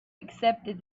accepted